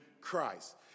Christ